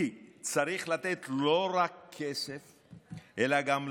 כי צריך לא רק לתת